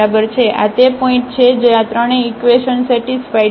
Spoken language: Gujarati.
આ તે પોઇન્ટ છે જે આ ત્રણેય ઇકવેશન સેટિસ્ફાઇડ છે